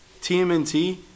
TMNT